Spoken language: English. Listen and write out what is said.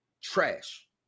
trash